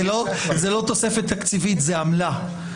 זאת לא תוספת תקציבית, זאת עמלה.